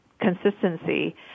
consistency